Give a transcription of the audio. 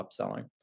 upselling